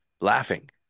laughing